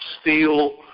steel